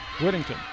Whittington